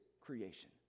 creation